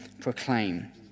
proclaim